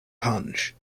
punch